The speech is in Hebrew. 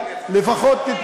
חבר הכנסת גטאס,